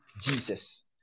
Jesus